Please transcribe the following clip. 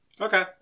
Okay